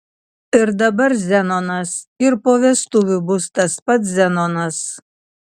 ir dabar zenonas ir po vestuvių bus tas pats zenonas